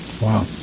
Wow